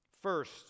First